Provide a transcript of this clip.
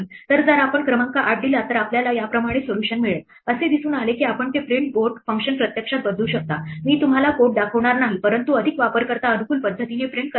तर जर आपण क्रमांक 8 दिला तर आपल्याला याप्रमाणे सोल्युशन मिळेल असे दिसून आले की आपण ते प्रिंट बोर्ड फंक्शन प्रत्यक्षात बदलू शकता मी तुम्हाला कोड दाखवणार नाही परंतु अधिक वापरकर्ता अनुकूल पद्धतीने प्रिंट करण्यासाठी